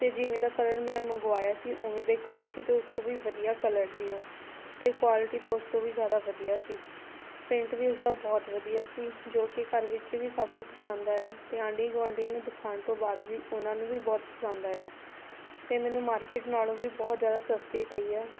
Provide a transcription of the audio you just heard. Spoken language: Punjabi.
ਅਤੇ ਜਿਵੇਂ ਦਾ ਕਲਰ ਮੈਂ ਮੰਗਵਾਇਆ ਸੀ ਉਵੇਂ ਦਾ ਹੀ ਕਲਰ ਸੀ ਅਤੇ ਉਸ ਤੋਂ ਵੀ ਵਧੀਆ ਕਲਰ ਸੀ ਉਹ ਅਤੇ ਕੁਆਲਿਟੀ ਤਾਂ ਉਸ ਤੋਂ ਵੀ ਜ਼ਿਆਦਾ ਵਧੀਆ ਸੀ ਪ੍ਰਿੰਟ ਵੀ ਉਸਦਾ ਬਹੁਤ ਵਧੀਆ ਸੀ ਜੋ ਕਿ ਘਰ ਵਿੱਚ ਵੀ ਸਭ ਨੂੰ ਪਸੰਦ ਆਇਆ ਅਤੇ ਆਂਡੀ ਗੁਵਾਂਢੀਆਂ ਨੂੰ ਦਿਖਾਉਣ ਤੋਂ ਬਾਅਦ ਵੀ ਉਹਨਾਂ ਨੂੰ ਵੀ ਬਹੁਤ ਪਸੰਦ ਆਇਆ ਅਤੇ ਮੈਨੂੰ ਮਾਰਕਿਟ ਨਾਲੋਂ ਵੀ ਬਹੁਤ ਜ਼ਿਆਦਾ ਸਸਤੀ ਪਈ ਆ